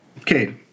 Okay